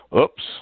Oops